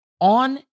on